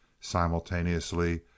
Simultaneously